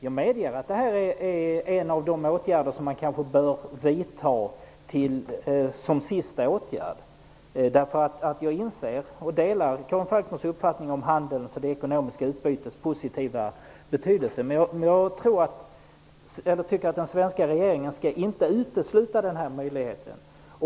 Jag medger att detta är en av de åtgärder som man kanske bör vidta som sista åtgärd, för jag delar Karin Falkmers uppfattning om handelns och det ekonomiska utbytets positiva betydelse. Men den svenska regeringen skall inte utesluta denna möjlighet.